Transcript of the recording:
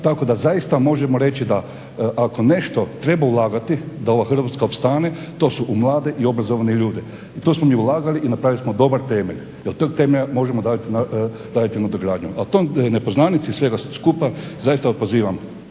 tako da zaista možemo reći da ako nešto treba ulagati da ova Hrvatska opstane to su u mlade i obrazovane ljude. U to smo mi ulagali i napravili smo dobar temelj. Do tog temelja možemo … ali toj nepoznanici svega skupa zaista pozivam